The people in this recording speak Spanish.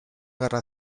guerra